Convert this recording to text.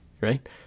right